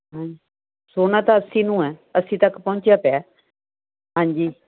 ਹਾਂ ਸੋਨਾ ਤਾਂ ਅੱਸੀ ਨੂੰ ਹੈ ਅੱਸੀ ਤੱਕ ਪਹੁੰਚਿਆ ਪਿਆ ਹਾਂਜੀ